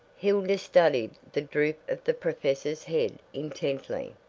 hilda studied the droop of the professor's head intently.